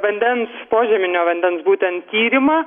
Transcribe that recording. vandens požeminio vandens būtent tyrimą